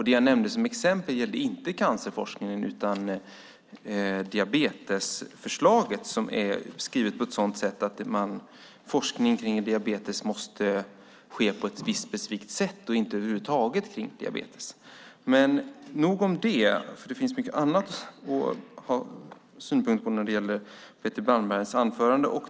Det jag nämnde som exempel gällde inte cancerforskningen utan diabetesförslaget, som är skrivet på ett sådant sätt att forskning om diabetes måste ske på ett visst specifikt sätt och inte gälla diabetes över huvud taget. Men nog om detta - det finns mycket annat att ha synpunkter på i Betty Malmbergs anförande.